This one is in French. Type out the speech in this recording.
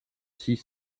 six